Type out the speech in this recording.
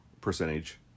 percentage